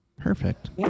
Perfect